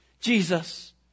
Jesus